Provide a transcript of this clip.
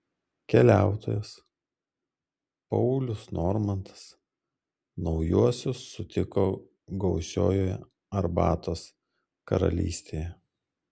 keliautojas paulius normantas naujuosius sutiko gausiojoje arbatos karalystėje